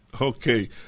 Okay